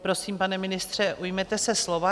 Prosím, pane ministře, ujměte se slova.